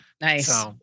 Nice